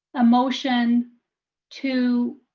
a motion to